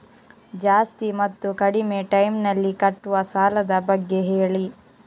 ಜಾಸ್ತಿ ಮತ್ತು ಕಡಿಮೆ ಟೈಮ್ ನಲ್ಲಿ ಕಟ್ಟುವ ಸಾಲದ ಬಗ್ಗೆ ಹೇಳಿ